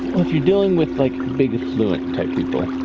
well, if you're dealing with like big affluent type people,